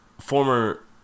former